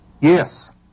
Yes